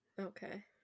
okay